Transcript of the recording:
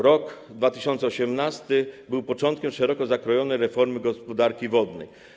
Rok 2018 był początkiem szeroko zakrojonej reformy gospodarki wodnej.